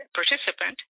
participant